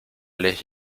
les